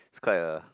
quite a